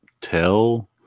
tell